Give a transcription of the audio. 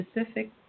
specific